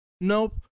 Nope